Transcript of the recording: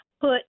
put